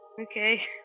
Okay